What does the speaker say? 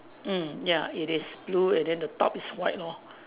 mm ya it is blue and then the top is white lor